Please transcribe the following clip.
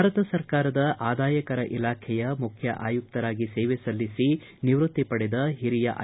ಭಾರತ ಸರ್ಕಾರದ ಆದಾಯಕರ ಇಲಾಖೆಯ ಮುಖ್ಯ ಆಯುಕ್ತರಾಗಿ ಸೇವೆ ಸಲ್ಲಿಸಿ ನಿವೃತ್ತಿ ಪಡೆದ ಹಿರಿಯ ಐ